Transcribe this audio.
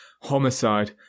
homicide